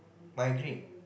migraine